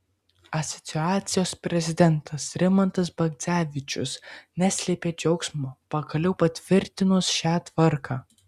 asociacijos prezidentas rimantas bagdzevičius neslėpė džiaugsmo pagaliau patvirtinus šią tvarką